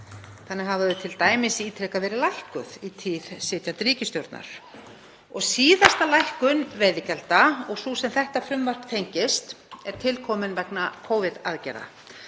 Þannig hafa þau t.d. ítrekað verið lækkuð í tíð sitjandi ríkisstjórnar og síðasta lækkun veiðigjalda og sú sem þetta frumvarp tengist er til komin vegna Covid-aðgerða.